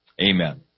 Amen